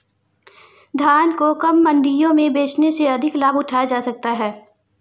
धान को कब मंडियों में बेचने से अधिक लाभ उठाया जा सकता है?